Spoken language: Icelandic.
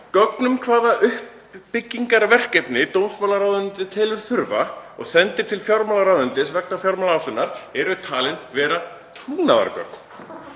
Gögn um hvaða uppbyggingarverkefni dómsmálaráðuneytið telur þurfa og sendir til fjármálaráðuneytisins vegna fjármálaáætlunar eru talin vera trúnaðargögn.